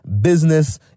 business